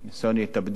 ניסיון ההתאבדות